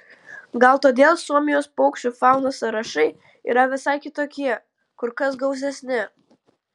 gal todėl suomijos paukščių faunos sąrašai yra visai kitokie kur kas gausesni